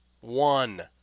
One